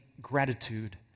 gratitude